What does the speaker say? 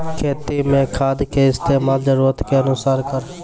खेती मे खाद के इस्तेमाल जरूरत के अनुसार करऽ